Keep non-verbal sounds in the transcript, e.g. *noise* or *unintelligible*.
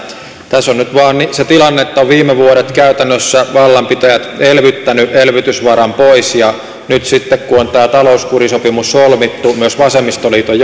tässä on nyt vain se tilanne että viime vuodet käytännössä vallanpitäjät ovat elvyttäneet elvytysvaran pois ja nyt sitten kun on tämä talouskurisopimus solmittu myös vasemmistoliiton *unintelligible*